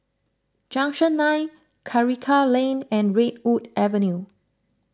Junction nine Karikal Lane and Redwood Avenue